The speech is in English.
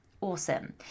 awesome